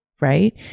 right